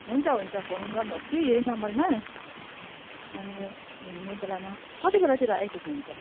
हुन्छ हुन्छ फोन गर्नुहोस् कि यही नम्बरमा अनि हिँड्ने बेलामा कति बेलातिर आइपुग्नुहुन्छ